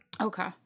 Okay